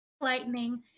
Lightning